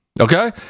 okay